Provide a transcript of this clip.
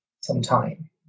sometime